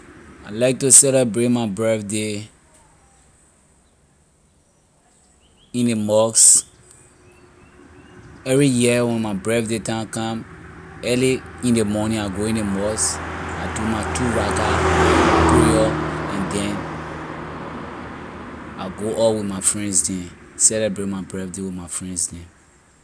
I like to celebrate your birthday in ley masque. Every year when my birthday time come early in ley morning I go in ley masque I do my two raga prayer and then I go out with my friends them celebrate my birthday with my friends them.